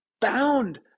bound